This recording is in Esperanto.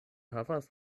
havas